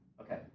Okay